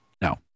No